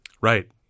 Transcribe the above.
Right